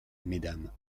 mmes